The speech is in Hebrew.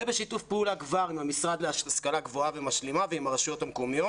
וכבר בשיתוף פעולה עם המשרד להשכלה גבוהה ומשלימה ועם הרשויות המקומיות.